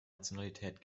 nationalität